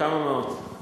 כמה מאות.